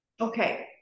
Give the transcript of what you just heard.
Okay